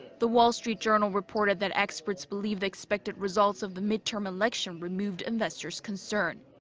the wall street journal reported that experts believe the expected results of the midterm election removed investors' concerns.